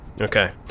Okay